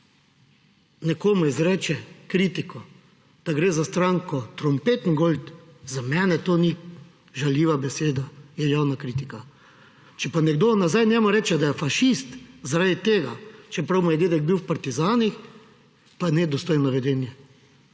nekomu izreče kritiko, da gre za stranko trumpetengold, za mene to ni žaljiva beseda, je javna kritika. Če pa nekdo nazaj njemu reče, da je fašist zaradi tega, čeprav je moj dedek bil v partizanih, pa je nedostojno vedenje.